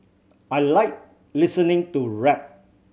I like listening to rap